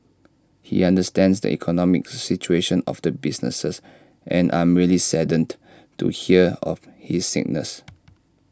he understands the economic situation of the businesses and I'm really saddened to hear of his sickness